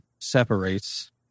separates